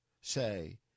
say